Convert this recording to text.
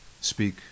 speak